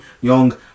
young